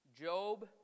Job